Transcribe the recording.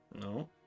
No